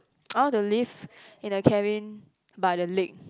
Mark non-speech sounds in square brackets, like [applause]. [noise] I want to live in a cabin by the lake